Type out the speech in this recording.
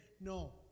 No